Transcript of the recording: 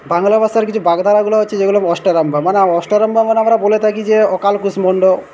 বাংলা ভাষার কিছু বাগধারাগুলো আছে যেগুলো অষ্টরম্ভা মানে অষ্টরম্ভা মানে আমরা বলে থাকি যে অকালকুষ্মাণ্ড